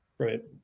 Right